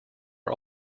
are